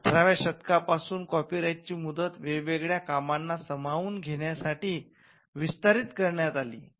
१८ व्या शतकापासून कॉपीराइटची मुदत वेगवेगळ्या कामांना सामावून घेण्याससाठी विस्तारित करण्यात आली आहे